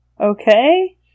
Okay